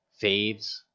faves